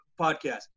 podcast